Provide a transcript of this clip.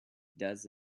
does